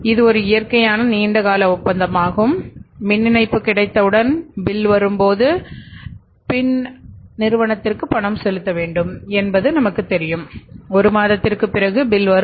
இது ஒரு இயற்கையான நீண்ட கால ஒப்பந்தமாகும் மின் இணைப்பு கிடைத்தவுடன் பில் வரும்